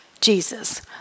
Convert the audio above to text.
Jesus